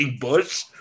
Bush